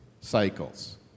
cycles